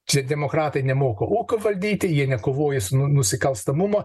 čia demokratai nemoka ūkio valdyti jie nekovoja su nusikalstamumu